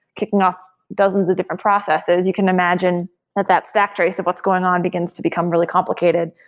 kicking off dozens of different processes, you can imagine that that stack trace of what's going on begins to become really complicated.